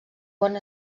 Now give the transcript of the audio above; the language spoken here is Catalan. bon